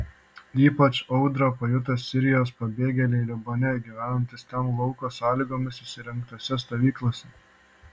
ypač audrą pajuto sirijos pabėgėliai libane gyvenantys ten lauko sąlygomis įsirengtose stovyklose